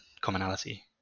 commonality